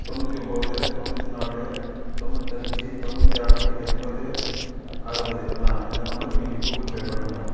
தொண்ணூற்றி ஒன்போது தொண்ணூற்றி நாலு தொண்ணூற்றஞ்சி தொண்ணூத்தி ஆறு எண்பது அறுபது ஆ இந்த நம்பருக்கு நீங்கள் கூகுள் பே பண்ணுங்க